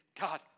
God